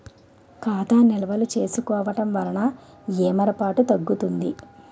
ఖాతా నిల్వలు చూసుకోవడం వలన ఏమరపాటు తగ్గుతుంది